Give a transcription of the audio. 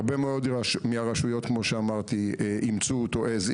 הרבה מאוד רשויות אימצו אותו כמו שהוא,